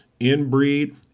inbreed